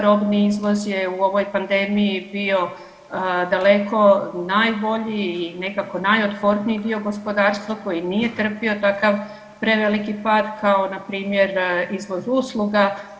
Robni izvoz je u ovoj pandemiji bio daleko najbolji i nekako najotporniji dio gospodarstva koji nije trpio takav preveliki pad kao npr. izvoz usluga.